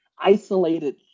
isolated